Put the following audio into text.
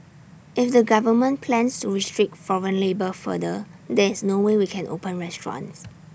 if the government plans to restrict foreign labour further there is no way we can open restaurants